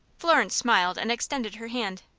florence smiled and extended her hand.